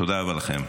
תודה רבה לכם.